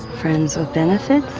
friends of benefits